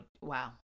wow